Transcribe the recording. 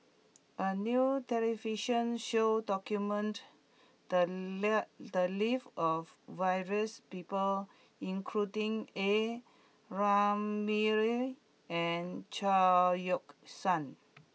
a new television show documented the the lives of various people including A Ramli and Chao Yoke San